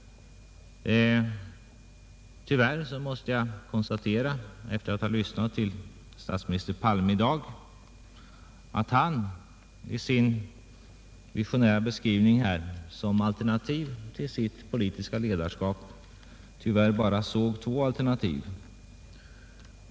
Tyvärr måste jag, efter att ha lyssnat till statsminister Palme i dag, konstatera att han i sin visionära beskrivning bara såg två alternativ till sitt politiska ledarskap.